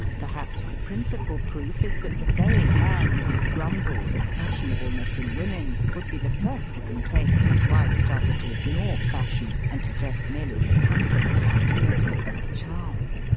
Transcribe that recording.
perhaps the principal proof is that the very man who grumbles at fashiooableness in women would be the first to complain if his wife started to ignore fashion and to dress merely for comfort, utility, and charm.